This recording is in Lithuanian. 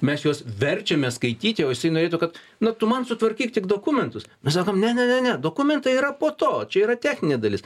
mes juos verčiame skaityti o jisai norėtų kad na tu man sutvarkyk tik dokumentus mes sakom ne ne ne ne dokumentai yra po to čia yra techninė dalis